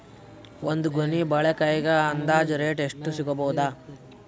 ಒಂದ್ ಗೊನಿ ಬಾಳೆಕಾಯಿಗ ಅಂದಾಜ ರೇಟ್ ಎಷ್ಟು ಸಿಗಬೋದ?